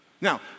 Now